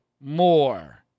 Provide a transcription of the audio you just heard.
more